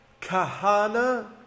Kahana